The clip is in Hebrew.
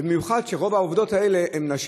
במיוחד שרוב העובדים האלו הם נשים.